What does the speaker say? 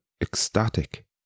ecstatic